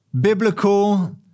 biblical